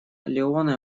леоне